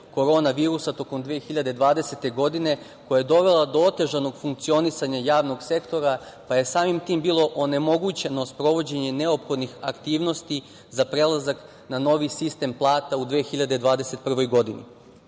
korona virusa tokom 2020. godine koja je dovela do otežanog funkcionisanja javnog sektora, pa je samim tim bilo onemogućeno sprovođenje neophodnih aktivnosti za prelazak na novi sistem plata u 2021. godini. Upravo